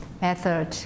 method